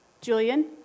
Julian